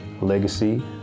legacy